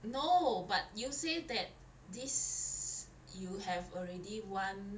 no but you say that this you have already one